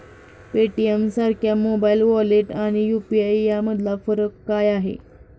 पेटीएमसारख्या mobile wallet आणि UPI यामधला फरक काय आहे?